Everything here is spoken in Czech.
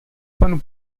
panu